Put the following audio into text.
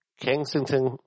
Kensington